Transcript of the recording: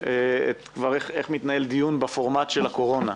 איך מתנהל דיון בפורמט של הקורונה: